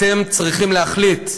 אתם צריכים להחליט: